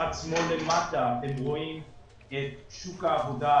בצד שמאל למטה אתם רואים את שוק העבודה,